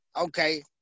okay